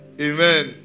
Amen